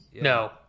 No